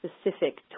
specific